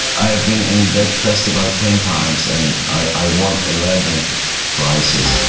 i've been in that festival ten times and i won eleven prizes